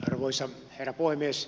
arvoisa herra puhemies